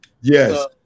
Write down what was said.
Yes